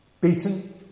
beaten